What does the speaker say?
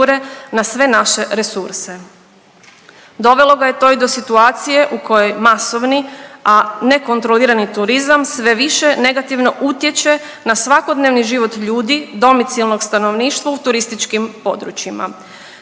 na sve naše resurse, dovelo ga je to i do situacije u kojoj masovni, a nekontrolirani turizam sve više negativno utječe na svakodnevni život ljudi domicilnog stanovništva u turističkim područjima.